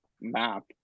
map